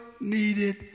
needed